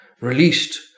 released